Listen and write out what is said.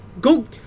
Go